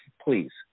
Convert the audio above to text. Please